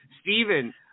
Stephen –